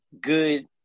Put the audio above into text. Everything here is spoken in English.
good